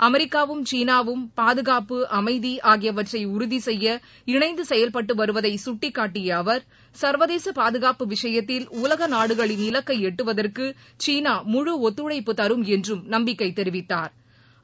அமெரிக்காவும் சீனாவும் பாதுகாப்பு அமைதி ஆகியவற்றை உறுதி செய்ய இணைந்து செயல்பட்டு வருவதை சுட்டிக்காட்டிய அவர் சர்வதேச பாதுகாப்பு விஷயத்தில் உலக நாடுக்களின் இலக்கை எட்டுவதற்கு சீனா முழு ஒத்துழைப்பு தரும் என்றும் நம்பிக்கை தெரிவித்தாா்